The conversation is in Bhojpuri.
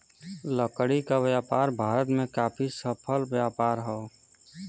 लकड़ी क व्यापार भारत में काफी सफल व्यापार हौ